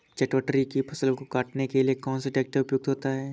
चटवटरी की फसल को काटने के लिए कौन सा ट्रैक्टर उपयुक्त होता है?